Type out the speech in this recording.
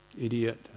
idiot